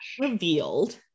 revealed